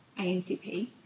ANCP